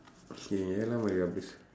okay ஏழாம் அறிவு அப்படி:eezhaam arivu appadi